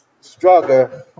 struggle